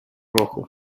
rojos